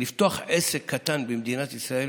שלפתוח עסק קטן במדינת ישראל